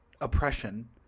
oppression